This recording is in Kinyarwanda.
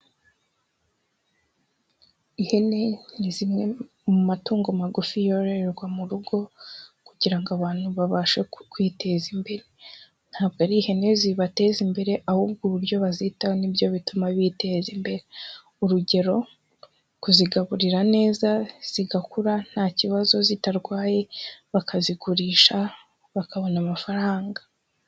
Ihene ni zimwe mu matungo magufi yororerwa mu rugo kugira ngo abantu babashe kwiteza imbere, ntabwo ari ihene zibateza imbere ahubwo uburyo bazitaho ni byo bituma biteza imbere, urugero kuzigaburira neza zigakura nta kibazo zitarwaye, bakazigurisha bakabona amafaranga.